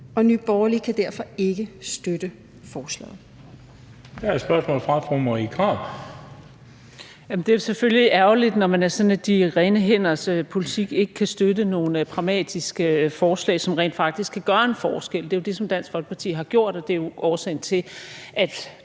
(Bent Bøgsted): Der er et spørgsmål fra fru Marie Krarup. Kl. 19:58 Marie Krarup (DF): Det er selvfølgelig ærgerligt, når man på grund af sådan de rene hænders politik ikke kan støtte nogle pragmatiske forslag, som rent faktisk kan gøre en forskel. Det er jo det, som Dansk Folkeparti har gjort, og det er årsagen til, at